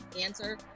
answer